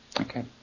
Okay